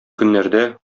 көннәрдә